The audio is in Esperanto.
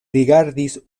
rigardis